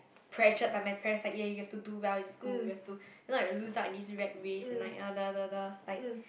pressured by my parents that ya you have to do well in school you have to if not you will lose out in this rat race and the the the the like